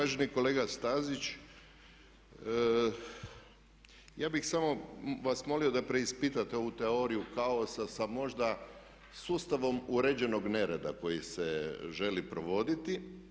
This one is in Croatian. Uvaženi kolega Stazić ja bih samo vas molio da preispitate ovu teoriju kaosa sa možda sustavom uređenog nereda koji se želi provoditi.